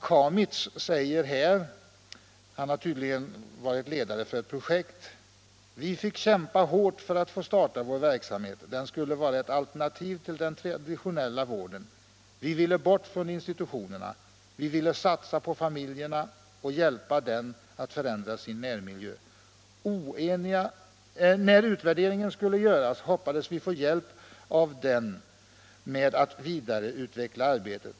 Socialarbetaren Hans Camitz, som tydligen varit ledare för ett projekt, säger enligt samma artikel: ”Vi fick kämpa hårt för att få starta vår verksamhet. Den skulle vara ett alternativ till den traditionella vården: vi ville bort från institutionerna, vi ville satsa på familjerna och hjälpa dem att förändra sin miljö. ——-—. När utvärderingen skulle göras hoppades vi få hjälp av den med att vidareutveckla arbetet.